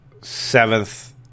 Seventh